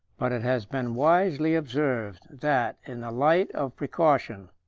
but it has been wisely observed, that, in a light of precaution,